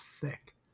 thick